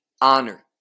honor